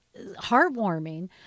heartwarming